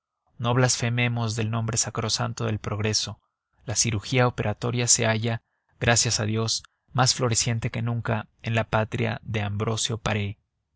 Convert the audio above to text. no blasfememos del nombre sacrosanto del progreso la cirugía operatoria se halla gracias a dios más floreciente que nunca en la patria de ambrosio paré